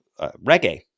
reggae